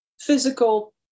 physical